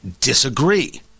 disagree